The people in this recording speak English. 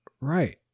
Right